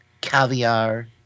caviar